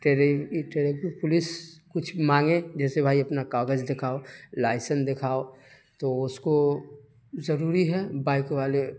tray traffic police کچھ مانگے جیسے بھائی اپنا کاغذ دکھاؤ لائسنس دکھاؤ تو اس کو ضروری ہے بائک والے